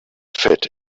fat